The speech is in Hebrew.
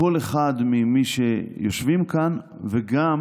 לכל אחד ממי שיושבים כאן וגם